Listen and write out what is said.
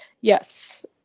Yes